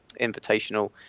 Invitational